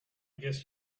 guess